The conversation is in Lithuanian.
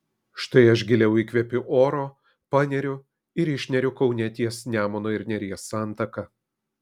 štai aš giliau įkvepiu oro paneriu ir išneriu kaune ties nemuno ir neries santaka